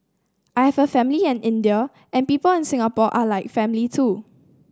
I have a family in India and people in Singapore are like family too